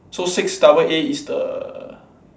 so six double A is the